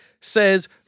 says